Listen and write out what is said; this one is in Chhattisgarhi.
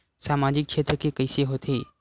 सामजिक क्षेत्र के कइसे होथे?